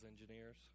engineers